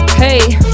Hey